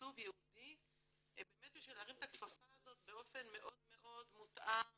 תקצוב ייעודי בשביל להרים את הכפפה הזאת באופן מאד מאד מותאם